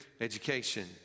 education